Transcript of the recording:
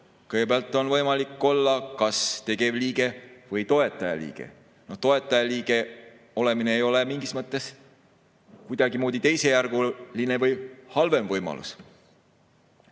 Kõigepealt on võimalik olla kas tegevliige või toetajaliige. Toetajaliige olemine ei ole mingis mõttes kuidagimoodi teisejärguline või halvem võimalus.